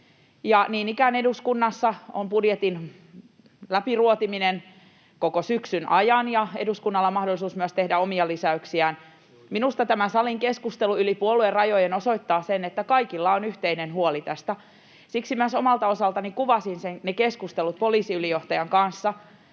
niin ikään eduskunnassa jatkuu budjetin läpiruotiminen koko syksyn ajan, ja myös eduskunnalla on mahdollisuus tehdä omia lisäyksiään. [Jukka Gustafsson: Juuri näin!] Minusta tämä salin keskustelu yli puoluerajojen osoittaa sen, että kaikilla on yhteinen huoli tästä. Siksi myös omalta osaltani kuvasin ne keskustelut poliisiylijohtajan kanssa,